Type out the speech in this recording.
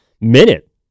minute